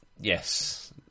Yes